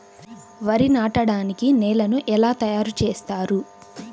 వరి నాటడానికి నేలను ఎలా తయారు చేస్తారు?